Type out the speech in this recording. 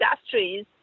industries